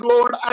Lord